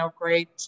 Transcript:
great